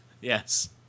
Yes